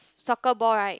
soccer ball right